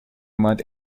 month